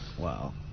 wow